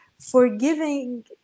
Forgiving